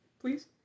Please